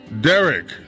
Derek